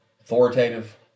authoritative